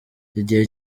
igihe